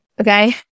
okay